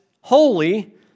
holy